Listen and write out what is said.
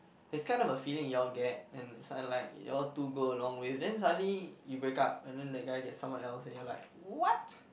it's kind of a feeling you all get and it's like you all two go a long way then suddenly you break up and then that guy get someone else and you're like what